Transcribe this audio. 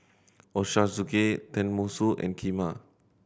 Ochazuke Tenmusu and Kheema